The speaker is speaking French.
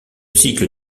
cycle